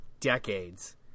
decades